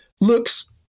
looks